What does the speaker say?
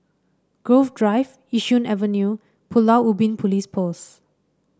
Grove Drive Yishun Avenue and Pulau Ubin Police Post